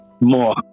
More